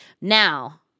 Now